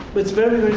it's very, very